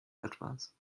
etwas